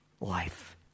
life